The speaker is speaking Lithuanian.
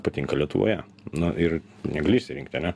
patinka lietuvoje nu ir negali išsirinkti ane